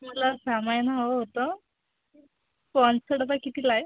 मला सामान हवं होतं पॉन्सचा डबा कितीला आहे